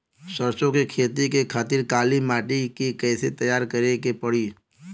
सरसो के खेती के खातिर काली माटी के कैसे तैयार करे के पड़ी?